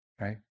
Right